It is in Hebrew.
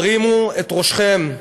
הרימו את ראשכם.